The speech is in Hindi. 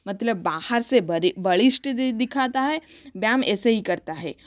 मतलब बाहर से वरिष्ठ दिखाता है व्यायाम ऐसे ही करता है